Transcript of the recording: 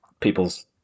people's